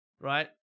Right